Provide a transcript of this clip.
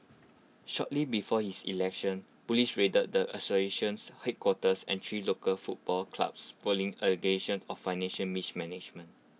shortly before his election Police raided the association's headquarters and three local football clubs following allegations of financial mismanagement